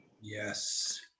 Yes